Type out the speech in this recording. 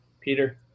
Peter